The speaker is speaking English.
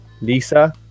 Lisa